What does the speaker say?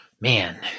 man